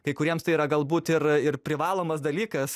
kai kuriems tai yra galbūt ir ir privalomas dalykas